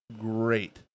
great